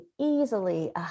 easily